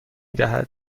دهد